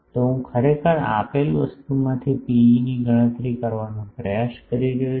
તેથી હું ખરેખર આપેલ વસ્તુમાંથી Pe ની ગણતરી કરવાનો પ્રયાસ કરી રહ્યો છું